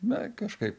na kažkaip